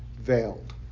veiled